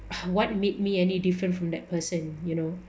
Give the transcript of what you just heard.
what made me any different from that person you know